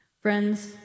Friends